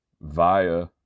via